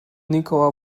nikola